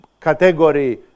category